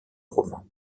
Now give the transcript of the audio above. roman